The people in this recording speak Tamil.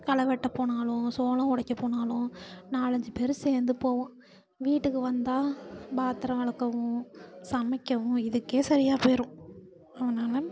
களை வெட்டப் போனாலும் சோளம் உடைக்கப் போனாலும் நாலஞ்சு பேர் சேர்ந்து போவோம் வீட்டுக்கு வந்தால் பாத்திரம் விளக்கவும் சமைக்கவும் இதுக்கே சரியாக போயிடும் அதனாலே